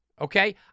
okay